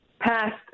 passed